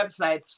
websites